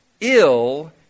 ill